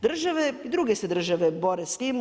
Države, druge se države bore s tim.